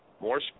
More